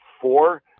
four